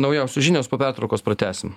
naujausios žinios po pertraukos pratęsim